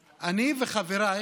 האופוזיציה,